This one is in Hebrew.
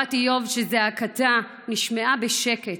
בשורת איוב שזעקתה נשמעה בשקט,